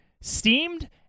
steamed